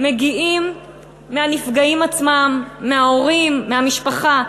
מגיעים מהנפגעים עצמם, מההורים, מהמשפחה,